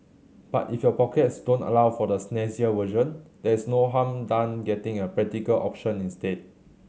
but if your pockets don't allow for the snazzier version there is no harm done getting a practical option instead